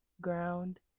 ground